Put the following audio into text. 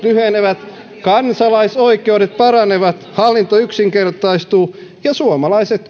lyhenevät kansalaisoikeudet paranevat hallinto yksinkertaistuu ja suomalaiset